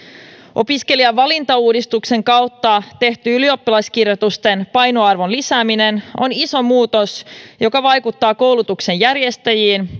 opiskelijavalintauudistuksen kautta tehty ylioppilaskirjoitusten painoarvon lisääminen on iso muutos joka vaikuttaa koulutuksen järjestäjiin